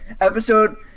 episode